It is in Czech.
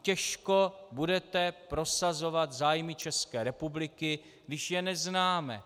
Těžko budete prosazovat zájmy České republiky, když je neznáme.